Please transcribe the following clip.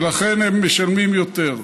ולכן הם משלמים יותר.